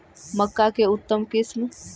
मक्का के उतम किस्म?